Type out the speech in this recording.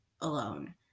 alone